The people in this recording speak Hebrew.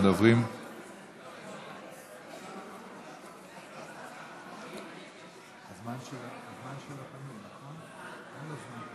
ועד שבת בצוהריים או אחר הצוהריים לא ידעו מה קורה